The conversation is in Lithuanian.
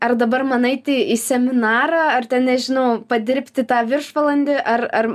ar dabar man eiti į seminarą ar ten nežinau padirbti tą viršvalandį ar ar